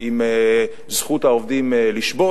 עם זכות העובדים לשבות.